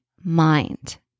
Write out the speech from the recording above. mind